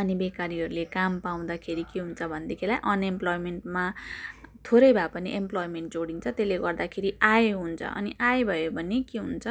अनि बेकारीहरूले काम पाउँदाखेरि के हुन्छ भनेदेखिलाई अनइमप्लोइमेन्टमा थोरै भए पनि इमप्लोइमेन्ट जोडिन्छ त्यसले गर्दाखेरि आय हुन्छ अनि आय भयो भने के हुन्छ